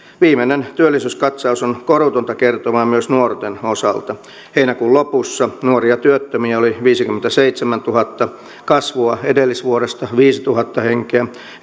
viimeinen työllisyyskatsaus on korutonta kertomaa myös nuorten osalta heinäkuun lopussa nuoria työttömiä oli viisikymmentäseitsemäntuhatta kasvua edellisvuodesta oli viisituhatta henkeä